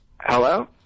Hello